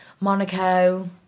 Monaco